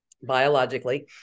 biologically